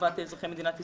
לטובת אזרחי מדינת ישראל.